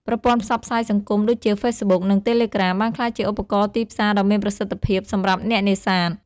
ប្រព័ន្ធផ្សព្វផ្សាយសង្គមដូចជាហ្វេសប៊ុក និងតេឡេក្រាម បានក្លាយជាឧបករណ៍ទីផ្សារដ៏មានប្រសិទ្ធភាពសម្រាប់អ្នកនេសាទ។